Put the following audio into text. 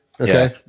okay